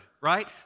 right